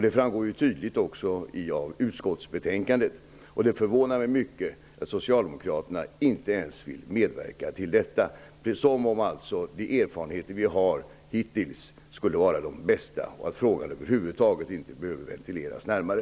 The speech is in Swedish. Det framgår också tydligt av utskottsbetänkandet. Det förvånar mig mycket att socialdemokaterna inte ens vill medverka till detta. Det verkar som att man anser om de erfarenheter vi hittills har skulle vara de bästa och att frågan över huvud taget inte behöver ventileras närmare.